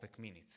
minutes